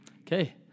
Okay